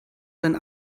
sein